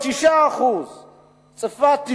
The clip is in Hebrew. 9%; צפת,